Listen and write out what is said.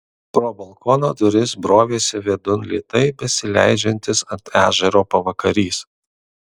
pro balkono duris brovėsi vidun lėtai besileidžiantis ant ežero pavakarys